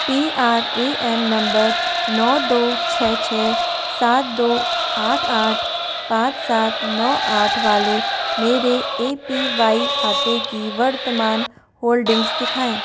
P R A N number नौ दो छः छः सात दो आठ आठ पाँच सात नौ आठ वाले मेरे ए पी वाई खाते की वर्तमान होल्डिंग्स दिखाएँ